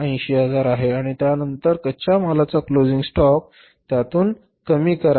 480000 आहे आणि त्यानंतर कच्च्या मालाचा क्लोजिंग स्टॉक त्यातून कमी करा